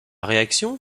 réaction